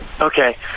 Okay